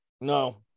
no